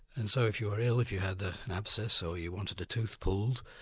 and so if you were ill, if you had an abscess or you wanted a tooth pulled,